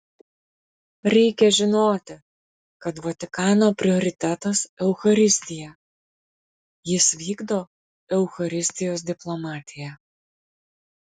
reikia žinoti kad vatikano prioritetas eucharistija jis vykdo eucharistijos diplomatiją